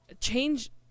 change